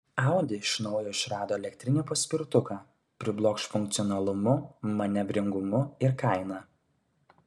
audi iš naujo išrado elektrinį paspirtuką priblokš funkcionalumu manevringumu ir kaina